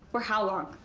for how long?